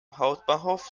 hauptbahnhof